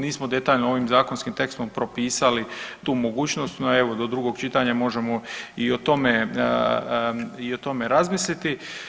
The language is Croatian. Nismo detaljno ovim zakonskim tekstom propisali tu mogućnost, no evo do drugog čitanja možemo i o tome, i o tome razmisliti.